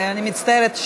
אני מצטערת.